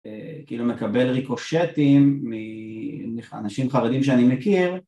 כאילו מקבל ריקושטים מאנשים חרדים שאני מכיר